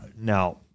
now